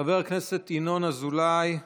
חבר הכנסת ינון אזולאי,